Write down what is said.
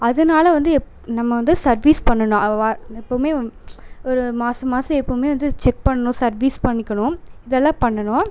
அதனால் வந்து எப் நம்ம வந்து சர்வீஸ் பண்ணணும் எப்போவுமே ஒரு மாச மாச எப்போவுமே வந்து செக் பண்ணணும் சர்வீஸ் பண்ணிக்கணும் இதெல்லாம் பண்ணணும்